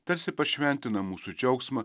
tarsi pašventina mūsų džiaugsmą